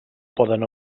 poden